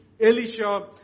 Elisha